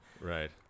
Right